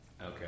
Okay